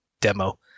demo